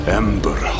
ember